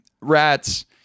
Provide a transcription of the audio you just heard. rats